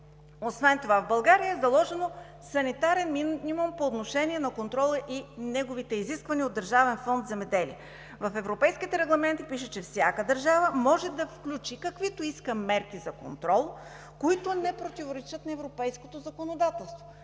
Освен това в България е заложен санитарен минимум по отношение на контрола и неговите изисквания от Държавен фонд „Земеделие“. В европейските регламенти пише, че всяка държава може да включи каквито иска мерки за контрол, които не противоречат на европейското законодателство.